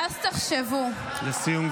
ואז תחשבו: לסיום,